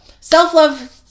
self-love